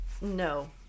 No